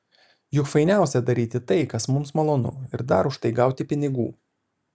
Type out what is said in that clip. juk fainiausia daryti tai kas mums malonu ir dar už tai gauti pinigų